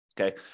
Okay